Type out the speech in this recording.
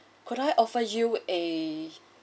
could I offer you a